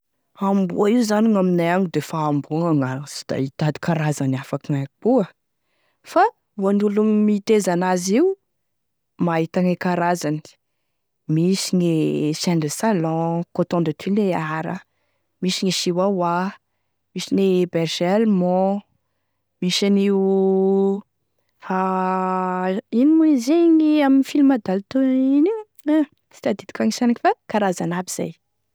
Amboa io zany aminay agny defa amboa gn'agnarany sy raha da hitady karazany akoa gn'aia koa fa hoan'olo miteza an'azy io mahita gne karazany: misy gne chien de salon, coton de Tuléar, misy gne Chihuahua, misy gne berger allemand, misy an'io ino moa izy igny ame film daltonien ino igny a sy tadidiko agny sanaky fa karazany aby zay.